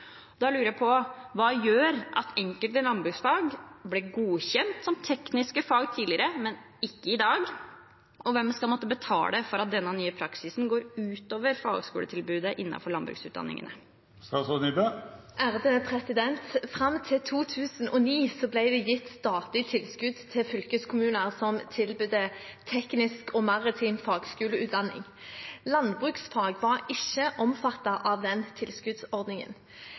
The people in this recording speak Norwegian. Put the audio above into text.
Hva gjør at enkelte landbruksfag ble godkjent som tekniske fag tidligere, men ikke i dag, og hvem skal måtte betale for at denne nye praksisen går ut over fagskoletilbudet innen landbruksutdanningene?» Fram til 2009 ble det gitt statlig tilskudd til fylkeskommuner som tilbød teknisk og maritim fagskoleutdanning. Landbruksfag var ikke omfattet av den tilskuddsordningen.